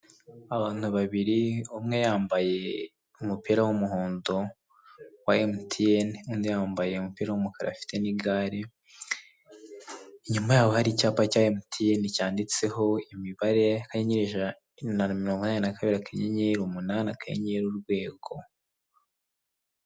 Abantu babiri umwe yambaye umupira w'umuhondo wa mtn, undi yambaye umupira w'umukara afite n'igare. Inyuma yaho hari icyapa cya mtn cyanditseho imibare; akanyenyeri ijana na mirongo inani na kabiri akanyenyeri umunani akanyenyeri urwego.